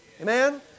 Amen